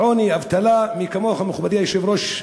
עוני, אבטלה, מי כמוך, מכובדי היושב-ראש,